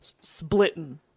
Splitting